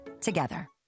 together